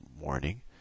morning